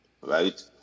Right